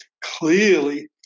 Clearly